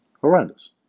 Horrendous